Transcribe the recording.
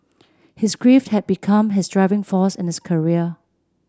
his grief had become his driving force in his career